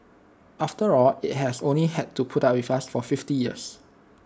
after all IT has only had to put up with us for fifty years